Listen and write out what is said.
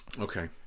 Okay